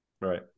right